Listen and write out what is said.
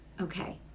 okay